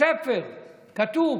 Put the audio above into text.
בספר כתוב.